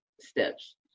steps